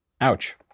Ouch